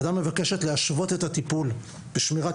הוועדה מבקשת להשוות את הטיפול בשמירת